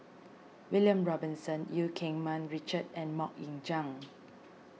William Robinson Eu Keng Mun Richard and Mok Ying Jang